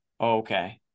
Okay